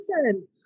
person